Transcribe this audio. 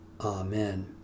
Amen